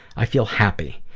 i feel happy.